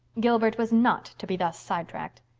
gilbert was not to be thus sidetracked.